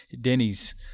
Denny's